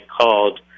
called